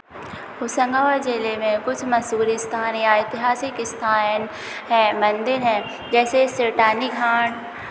होशंगाबाद जिले में कुछ मशहूर स्थान या ऐतिहासिक स्थान हैं मंदिर हैं जैसे सेठानी घाट